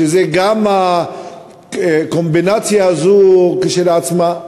כשגם הקומבינציה הזו כשלעצמה,